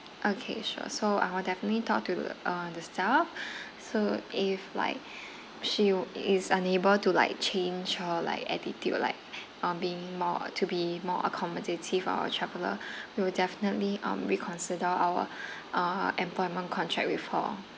okay sure so I will definitely talk to the uh the staff so if like she is unable to like change her like attitude like uh being more to be more accommodative to our traveller we'll definitely um reconsider our err employment contract with her